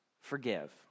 forgive